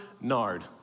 nard